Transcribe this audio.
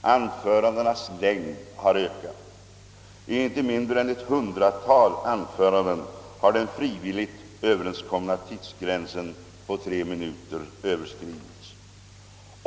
Anförandenas längd har ökat. I inte mindre än ett hundratal anföranden har den frivilligt överenskomna tidsgränsen på tre minuter överskridits.